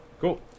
cool